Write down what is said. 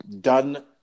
done